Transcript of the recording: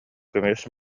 көмүс